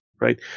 Right